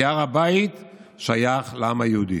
כי הר הבית שייך לעם היהודי.